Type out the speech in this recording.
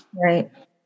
right